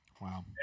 Wow